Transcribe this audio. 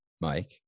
Mike